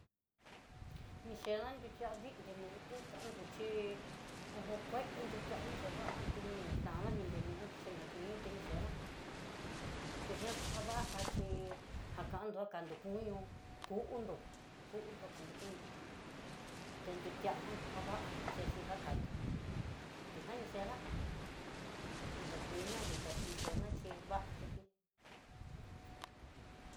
Mixhena nruche vindé nu'u kandó chí uj kué nrutiani xava'ana tení, tan'na viné nu'u chinankin te ni chena, tejian kua vá chí, jákandó kando koño kú undó ku undó kando koño, té nrujtijan jaba'a xhexhi jakandó teján ni chedá ni da kuiná ditá ni chena xhí va'a xhixi uj.